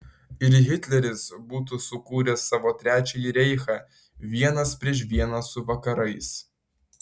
ir hitleris būtų sukūręs savo trečiąjį reichą vienas prieš vieną su vakarais